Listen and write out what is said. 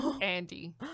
Andy